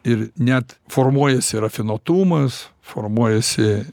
ir net formuojasi rafinuotumas formuojasi